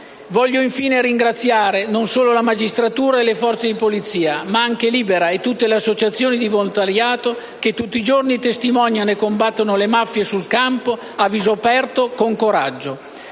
Voglio infine ringraziare, non solo la magistratura e le forze dell'ordine, ma anche «Libera» e tutte le associazioni di volontariato che tutti i giorni testimoniano e combattono le mafie sul campo, a viso aperto e con coraggio.